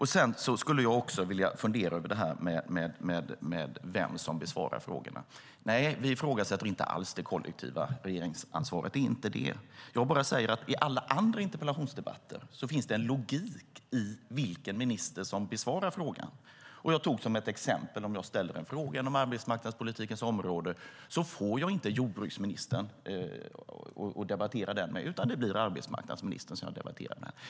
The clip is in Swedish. Jag funderar också över detta med vem som besvarar frågorna. Nej, vi ifrågasätter inte alls det kollektiva regeringsansvaret. Det är inte det. Jag säger bara att det i alla andra interpellationsdebatter finns en logik i vilken minister som besvarar frågan. Jag tog som exempel att om jag ställer en fråga inom arbetsmarknadspolitikens område får jag inte debattera den med jordbruksministern, utan det blir arbetsmarknadsministern.